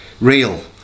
real